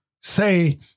say